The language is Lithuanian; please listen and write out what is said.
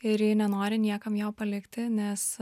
ir ji nenori niekam jo palikti nes